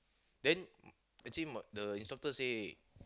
then actually the instructor say